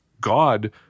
God